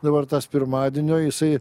dabar tas pirmadienio jisai